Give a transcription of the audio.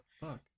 fuck